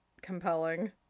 compelling